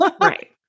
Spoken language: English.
right